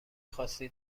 خاصی